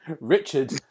Richard